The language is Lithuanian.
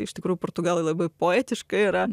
iš tikrųjų portugalai labai poetiška yra